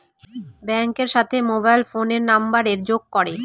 ব্যাঙ্কের সাথে মোবাইল ফোনের নাম্বারের যোগ করে